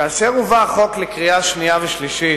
כאשר הובא החוק לקריאות השנייה והשלישית,